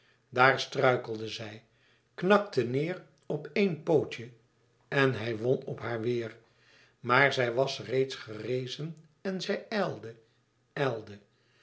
daar struikelde zij knakte neêr op éen pootje en hij won op haar weêr maar zij was reeds gerezen en zij ijlde ijlde